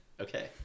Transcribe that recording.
Okay